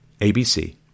ABC